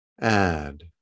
add